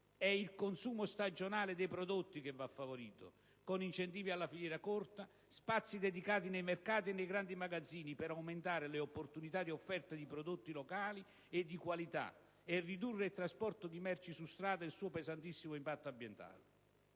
è il consumo stagionale dei prodotti che va favorito, con incentivi alla filiera corta, spazi dedicati nei mercati e nei grandi magazzini, per aumentare le opportunità di offerta di prodotti locali e di qualità e ridurre il trasporto di merci su strada e il suo pesantissimo impatto ambientale.